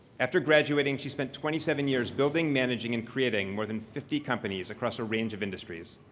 after graduating, she spent twenty seven years building, managing and creating more than fifty companies across a range of industries.